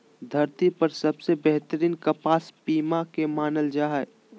धरती पर सबसे बेहतरीन कपास पीमा के मानल जा हय